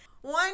One